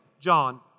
John